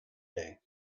day